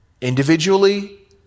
individually